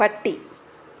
പട്ടി